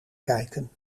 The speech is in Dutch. kijken